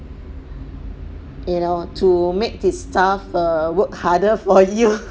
you know to make this staff err work harder for you